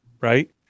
right